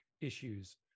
issues